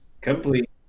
Complete